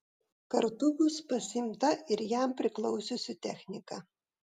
kartu bus pasiimta ir jam priklausiusi technika